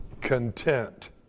content